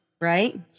right